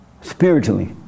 spiritually